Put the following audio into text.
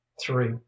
Three